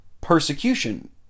persecution